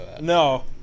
no